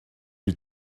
die